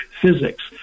physics